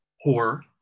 horror